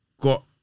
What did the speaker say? got